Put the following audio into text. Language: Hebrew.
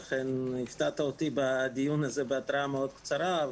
אכן הפתעת אותי בהתרעה קצרה לדיון,